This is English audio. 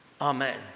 amen